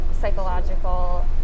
psychological